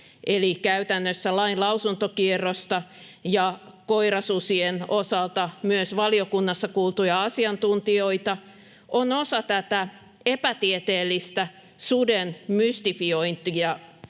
eli käytännössä lain lausuntokierrosta ja koirasusien osalta myös valiokunnassa kuultuja asiantuntijoita — on osa tätä epätieteellistä suden mystifiointia